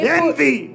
envy